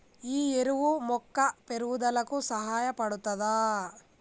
ఈ ఎరువు మొక్క పెరుగుదలకు సహాయపడుతదా?